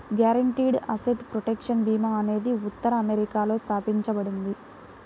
guaranteed asset protection భీమా అనేది ఉత్తర అమెరికాలో స్థాపించబడింది